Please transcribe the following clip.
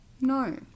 No